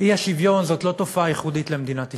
אי-שוויון הוא לא תופעה ייחודית למדינת ישראל,